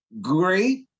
great